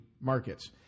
markets